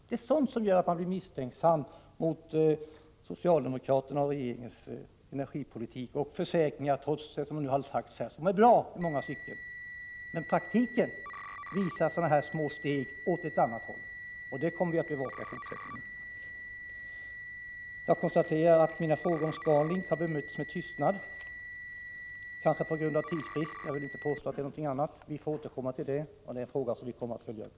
Det är sådant som gör att man blir misstänksam mot socialdemokraterna och regeringens energipolitik, trots försäkringar som är bra i många stycken. I praktiken visar sådana här steg åt ett annat håll. Detta kommer vi att bevaka i fortsättningen. Jag konstaterar att mina frågor om Scan Link har bemötts med tystnad, kanske på grund av tidsbrist — jag vill inte påstå någonting annat. Vi får återkomma till det. Det är en fråga som vi kommer att följa upp.